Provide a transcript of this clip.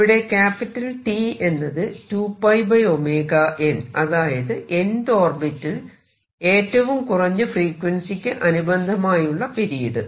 ഇവിടെ T എന്നത് 2𝜋 𝜔n അതായത് nth ഓർബിറ്റിൽ ഏറ്റവും കുറഞ്ഞ ഫ്രീക്വൻസിയ്ക്കു അനുബന്ധമായുള്ള പീരീഡ്